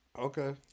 Okay